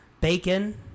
bacon